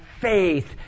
faith